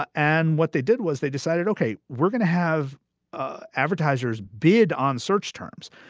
ah and what they did was they decided, ok, we're gonna have advertisers bid on search terms.